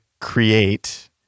create